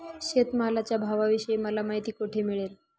शेतमालाच्या भावाविषयी मला माहिती कोठे मिळेल?